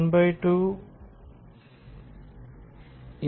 1212mv2